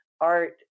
art